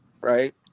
right